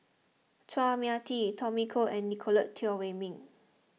Chua Mia Tee Tommy Koh and Nicolette Teo Wei Min